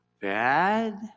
bad